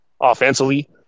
offensively